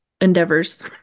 endeavors